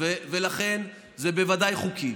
לכן זה בוודאי חוקי.